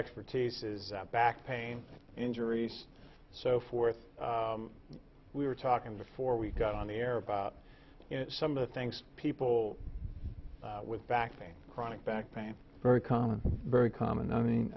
expertise is back pain injuries so forth we were talking before we got on the air about some of the things people with back pain chronic back pain very common very common i